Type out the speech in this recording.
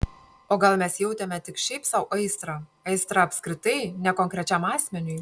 o gal mes jautėme tik šiaip sau aistrą aistrą apskritai ne konkrečiam asmeniui